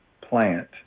plant